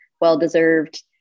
Well-deserved